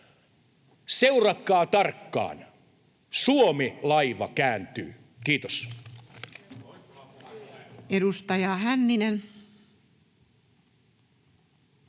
Seuratkaa tarkkaan: Suomi-laiva kääntyy. — Kiitos.